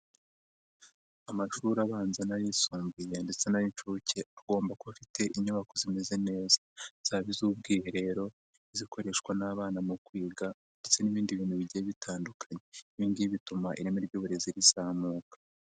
Amashuri abanza n'ayisumbuye ndetse n'ay'inshuke agomba kuba afite inyubako zimeze neza. Zaba iz'ubwiherero, izikoreshwa n'abana mu kwiga, ndetse n'ibindi bintu bigiye bitandukanye. Ibingibi bituma ireme ry'uburezi rizamuka.